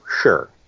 sure